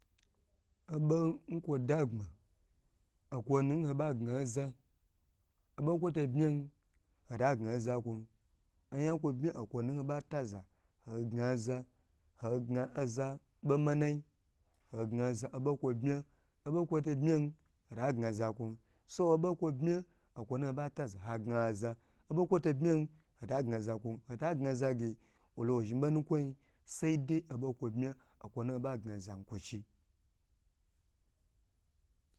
Obo nkwo dagbma okwo nu nho bagna oza obo kwo to bma hota ga oza kwon oyan kwo bmi okwenu hoba ta za hogna aza hoga oza bomanai hoga aza obo kwo bma obokwo to bmi hota gna za kwon so obo kwo bmi okwonu hoba ta hagna aza obo kwo to bman hota gna za kwon hota gna za ge wolowo zhni bonu kwoyi sadei obo kwo bma okwonu ho ba gna zayin kwochi